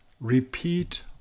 repeat